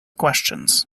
questions